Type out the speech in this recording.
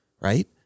right